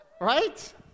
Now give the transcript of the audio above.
right